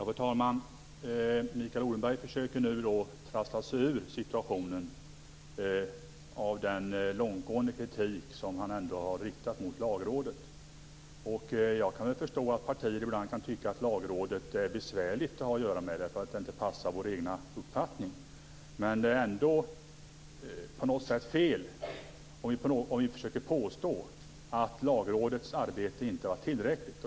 Fru talman! Mikael Odenberg försöker nu trassla sig ur situationen med den långtgående kritik som han riktade mot Lagrådet. Jag kan förstå att partier ibland tycker att Lagrådet är besvärligt att ha att göra med, därför att det inte passar partiernas egen uppfattning. Men det är ändå fel att försöka påstå att Lagrådets arbete inte var tillräckligt.